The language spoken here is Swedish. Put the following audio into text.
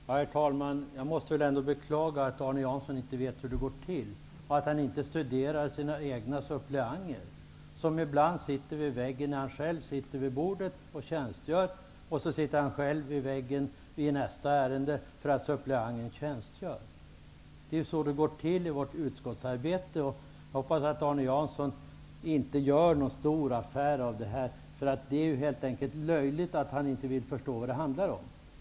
Herr talman! Jag beklagar att Arne Jansson inte vet hur det går till i utskottsarbetet och att han inte studerar sina egna suppleanter. Ibland sitter de vid väggen när Arne Jansson själv sitter vid bordet och tjänstgör. När ett annat ärende avgörs sitter han själv vid väggen därför att suppleanten tjänstgör. Det är ju så det går till. Jag hoppas att Arne Jansson inte gör någon stor affär av det här. Det är helt enkelt löjligt att Arne Jansson inte vill förstå vad det handlar om.